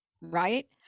right